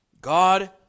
God